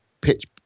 pitch